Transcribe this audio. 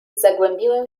zagłębiłem